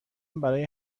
برای